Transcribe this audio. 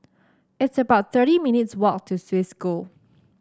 it's about thirty minutes' walk to Swiss School